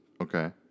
Okay